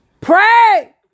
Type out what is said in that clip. Pray